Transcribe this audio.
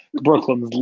Brooklyn